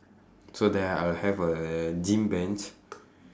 so there I'll have a gym bench